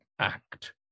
act